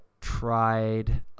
tried